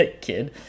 kid